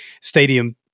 stadium